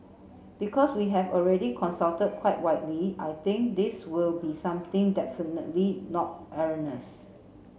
because we have already consulted quite widely I think this will be something definitely not